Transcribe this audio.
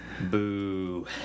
Boo